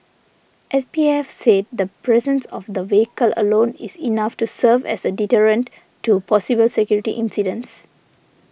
S P F said the presence of the vehicle alone is enough to serve as a deterrent to possible security incidents